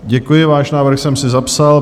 Děkuji, váš návrh jsem si zapsal.